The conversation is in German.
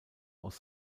aus